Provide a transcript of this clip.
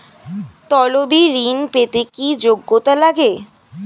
তলবি ঋন পেতে কি যোগ্যতা লাগে?